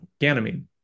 ganymede